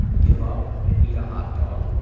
give up and eat a hot-dog,